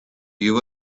you